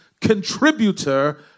contributor